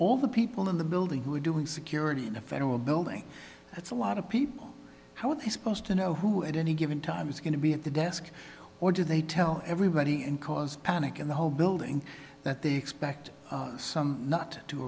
all the people in the building who are doing security in a federal building that's a lot of people how are they supposed to know who at any given time is going to be at the desk or do they tell everybody and cause panic in the whole building that they expect some not to